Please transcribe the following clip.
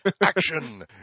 action